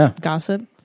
gossip